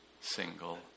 single